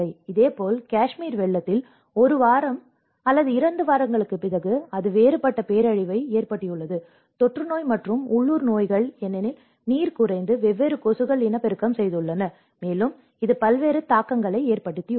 இதேபோல் காஷ்மீர் வெள்ளத்தில் ஒரு வாரம் அல்லது இரண்டு வாரங்களுக்குப் பிறகு அது வேறுபட்ட பேரழிவை ஏற்படுத்தியுள்ளது தொற்றுநோய் மற்றும் உள்ளூர் நோய்கள் ஏனெனில் நீர் குறைந்து வெவ்வேறு கொசுக்கள் இனப்பெருக்கம் செய்துள்ளன மேலும் இது பல்வேறு தாக்கங்களை ஏற்படுத்தியுள்ளது